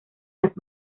las